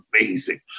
amazing